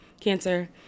cancer